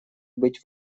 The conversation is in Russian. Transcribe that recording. быть